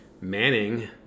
Manning